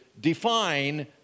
define